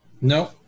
No